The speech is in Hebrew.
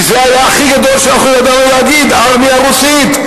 כי זה היה הכי גדול שידענו להגיד, ארמיה רוסית.